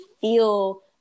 feel